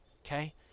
Okay